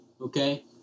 okay